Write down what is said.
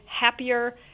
happier